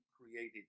created